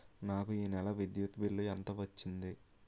నాకు ఈ నెల విద్యుత్ బిల్లు ఎంత వచ్చింది?